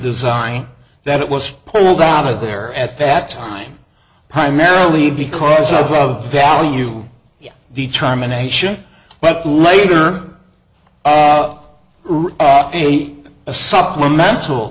design that was pulled out of there at that time primarily because of value determination but later of a supplemental